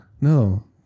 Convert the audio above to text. No